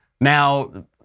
Now